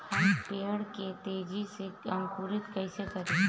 हम पेड़ के तेजी से अंकुरित कईसे करि?